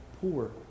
poor